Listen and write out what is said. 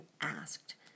asked